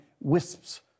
wisps